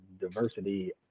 diversity